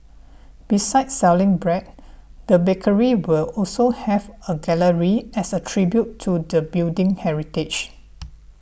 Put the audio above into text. besides selling bread the bakery will also have a gallery as a tribute to the building's heritage